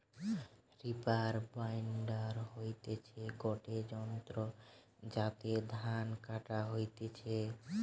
reaper binder হতিছে গটে যন্ত্র যাতে ধান কাটা হতিছে